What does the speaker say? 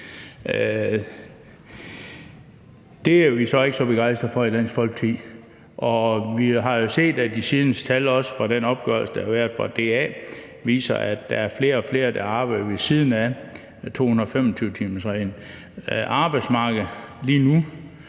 Det er vi ikke så begejstrede for i Dansk Folkeparti, og vi har jo set af de seneste tal – og også den opgørelse, der har været, fra DA – at der er flere og flere, der arbejder ved siden af 225-timersreglen. Bortset fra i